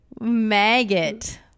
maggot